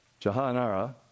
Jahanara